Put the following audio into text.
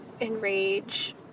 enrage